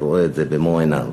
ורואה את זה במו עיניו,